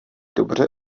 dobře